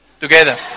together